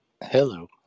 Hello